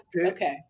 Okay